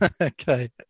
Okay